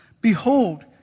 Behold